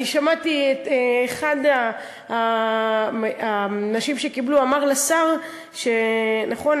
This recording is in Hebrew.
אני שמעתי את אחד האנשים שקיבלו אומר לשר, נכון?